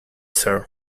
sir